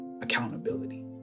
accountability